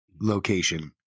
location